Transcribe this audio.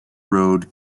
road